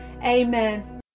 Amen